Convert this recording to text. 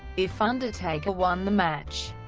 if undertaker won the match,